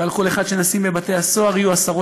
ועל כל אחד שנשים בבית הסוהר יהיו עשרות